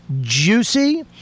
Juicy